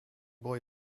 boy